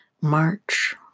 march